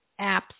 apps